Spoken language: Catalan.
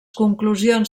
conclusions